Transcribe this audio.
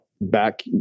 back